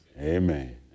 Amen